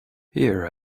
here